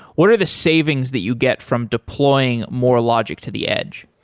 what are the savings that you get from deploying more logic to the edge?